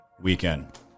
weekend